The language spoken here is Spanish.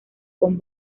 con